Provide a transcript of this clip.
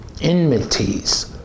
enmities